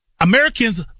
Americans